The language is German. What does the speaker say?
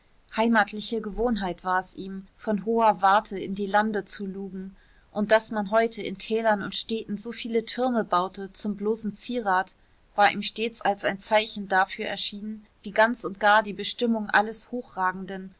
heimatliche gewohnheit war es ihm von hoher warte in die lande zu lugen und daß man heute in tälern und städten so viele türme baute zum bloßen zierat war ihm stets als ein zeichen dafür erschienen wie ganz und gar die bestimmung alles hochragenden